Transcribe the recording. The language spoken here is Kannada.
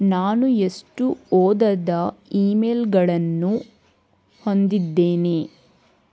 ನಾನು ಎಷ್ಟು ಓದದ ಇಮೇಲ್ಗಳನ್ನು ಹೊಂದಿದ್ದೇನೆ